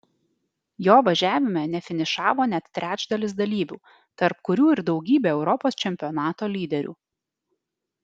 jo važiavime nefinišavo net trečdalis dalyvių tarp kurių ir daugybė europos čempionato lyderių